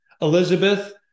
Elizabeth